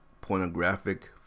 pornographic